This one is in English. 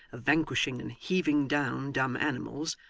of vanquishing and heaving down dumb animals,